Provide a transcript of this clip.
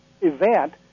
event